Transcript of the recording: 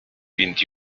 vint